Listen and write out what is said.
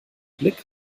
blick